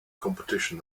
competition